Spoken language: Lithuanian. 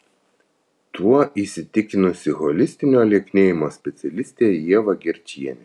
tuo įsitikinusi holistinio lieknėjimo specialistė ieva gerčienė